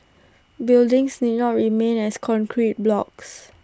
buildings need not remain as concrete blocks